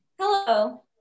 Hello